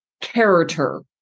character